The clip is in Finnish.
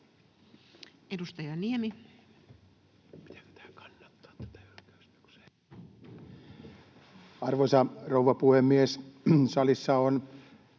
Edustaja Niemi. Arvoisa rouva puhemies! Salissa on